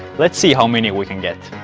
let's see how many we can get.